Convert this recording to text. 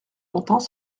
longtemps